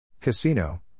Casino